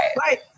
right